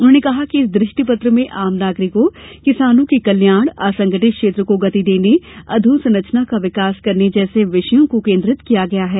उन्होंने कहा इस दृष्टिपत्र में आम नागरिकों किसानों के कल्याण असंगठित क्षेत्र को गति देने अधोसंरचना का विकास करने जैसे विषयों को केन्द्रीत किया गया है